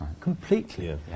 completely